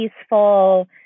peaceful